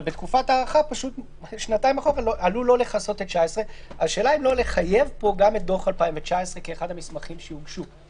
אבל בתקופת ההארכה שנתיים אחורה עלול לא לכסות את 2019. השאלה אם לא לחייב פה גם את דוח 2019 כאחד המסמכים שיוגשו.